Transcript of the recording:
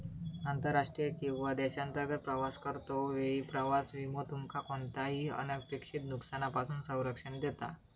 आंतरराष्ट्रीय किंवा देशांतर्गत प्रवास करतो वेळी प्रवास विमो तुमका कोणताही अनपेक्षित नुकसानापासून संरक्षण देता